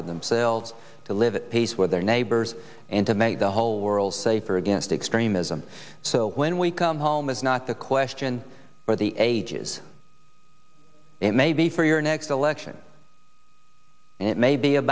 for themselves to live at peace with their neighbors and to make the whole world safer against extremism so when we come home is not the question for the ages it may be for your next election and it may be a